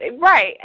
right